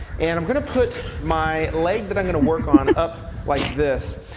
and i'm going to put my leg that i'm gonna work on up like this.